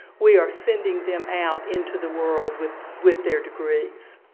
we are sending them out into the world with with their degrees.